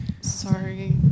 Sorry